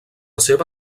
seva